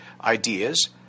ideas